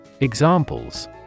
Examples